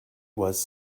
was